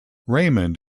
raymond